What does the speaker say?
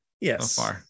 yes